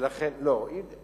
תן לי